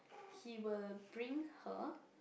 he will bring her